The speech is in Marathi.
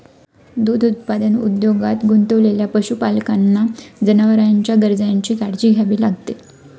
दूध उत्पादन उद्योगात गुंतलेल्या पशुपालकांना जनावरांच्या गरजांची काळजी घ्यावी लागते